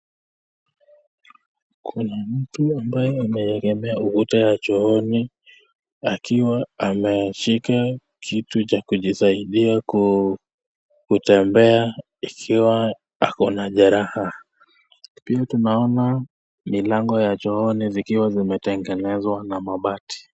Kuna mtu ambaye ameelekea ukuta ya chooni akiwa ameshika kitu cha kujisaidia kutembea ikiwa ako na jeraha. Pia tunaona milango ya chooni zikiwa zimetengenezwa na mabati.